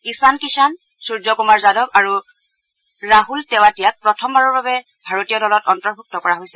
ঈশান কিশান সূৰ্যকুমাৰ যাদৱ আৰু ৰাহুল টেৱাটিয়াক প্ৰথম বাৰৰ বাবে ভাৰতীয় দলত অন্তৰ্ভূক্ত কৰা হৈছে